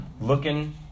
looking